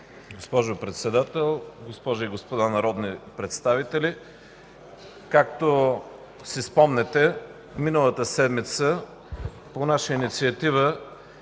Госпожо Председател! Госпожи и господа народни представители, както си спомняте, миналата седмица по наша инициатива